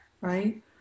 right